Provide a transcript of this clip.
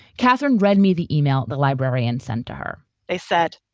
catherine, read me the email the librarian sent to her they said,